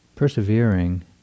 Persevering